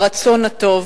ברצון הטוב,